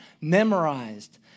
memorized